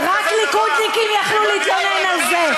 רק ליכודניקים יכלו להתלונן על זה.